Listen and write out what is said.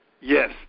Yes